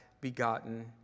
begotten